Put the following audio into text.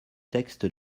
texte